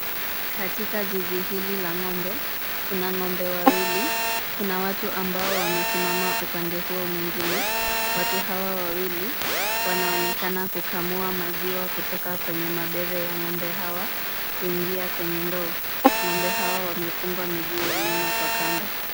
Katika zizi hili la ng'ombe, kuna ng'ombe wawili. Kuna watu ambao wamesimama upande huo mwingine. Watu hawa wawili wanaonekana kukamua maziwa kutoka kwenye mabere ya ng'ombe hawa kuingia kwenye ndoo. Ng'ombe hawa wamefungwa miguu ya nyuma kwa kamba.